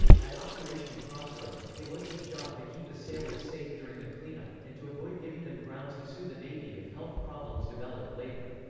at operation crossroads, it was his job to keep the sailors safe during the cleanup, and to avoid giving them grounds to sue the navy if health problems developed later.